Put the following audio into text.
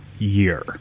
Year